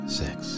six